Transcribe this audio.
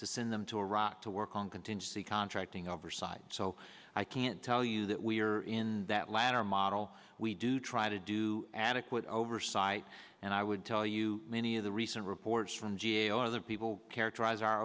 to send them to iraq to work on contingency contracting oversight so i can tell you that we are in that latter model we do try to do adequate oversight and i would tell you many of the recent reports from g a o other people characterize our